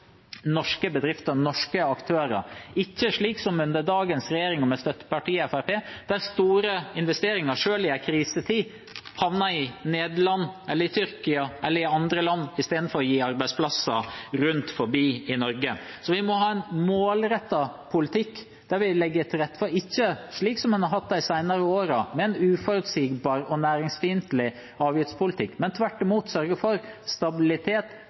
norske bedrifter og norske aktører – ikke slik som under dagens regjering, med støttepartiet Fremskrittspartiet, der store investeringer selv i en krisetid havner i Nederland, Tyrkia eller andre land, istedenfor å gi arbeidsplasser rundt om i Norge. Vi må ha en målrettet politikk der vi legger til rette, ikke slik en har hatt de senere årene, med en uforutsigbar og næringsfiendtlig avgiftspolitikk. Vi må tvert imot sørge for stabilitet,